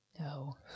No